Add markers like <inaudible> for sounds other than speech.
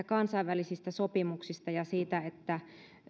<unintelligible> kansainvälisistä sopimuksista ja siitä että